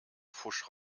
pfusch